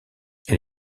elle